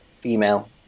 female